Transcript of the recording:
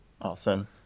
Awesome